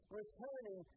returning